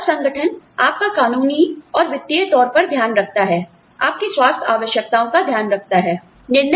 तब संगठन आपका कानूनी और वित्तीय तौर पर ध्यान रखता है आपकी स्वास्थ्य आवश्यकताओं का ध्यान रखता है आदि